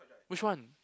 which one